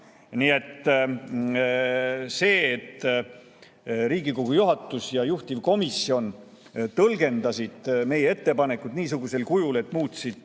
Nii et see, et Riigikogu juhatus ja juhtivkomisjon tõlgendasid meie ettepanekut niisugusel kujul, et muutsid